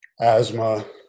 Asthma